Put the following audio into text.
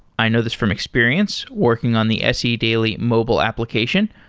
i know this from experience working on the se daily mobile application.